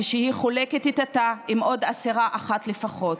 כשהיא חולקת את התא עם עוד אסירה אחת לפחות.